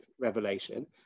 revelation